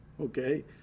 okay